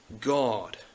God